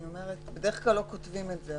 אני אומרת שבדרך כלל לא כותבים את זה,